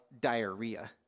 diarrhea